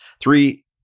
three